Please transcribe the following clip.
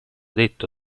detto